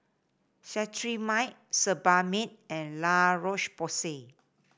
Cetrimide Sebamed and La Roche Porsay